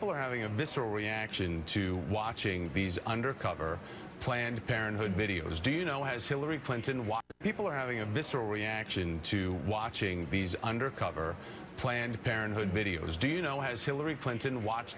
thanks having a visceral reaction to watching these undercover planned parenthood videos do you know has hillary clinton what people are having a visceral reaction to watching these undercover planned parenthood videos do you know has hillary clinton watch